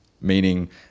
meaning